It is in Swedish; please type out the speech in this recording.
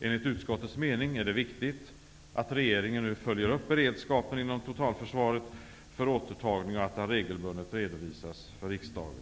Enligt utskottets mening är det viktigt att regeringen nu följer upp beredskapen inom totalförsvaret för återtagning och att den regelbundet redovisas för riksdagen.